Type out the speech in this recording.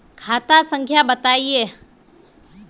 खाता संख्या बताई?